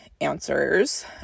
answers